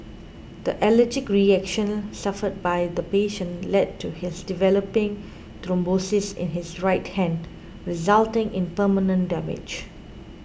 the allergic reaction suffered by the patient led to his developing thrombosis in his right hand resulting in permanent damage